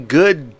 good